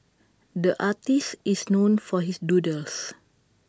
the artist is known for his doodles